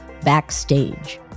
Backstage